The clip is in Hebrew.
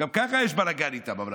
גם ככה יש בלגן איתם,